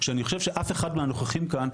שאני חושב שאף אחד מהנוכחים כאן,